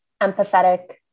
empathetic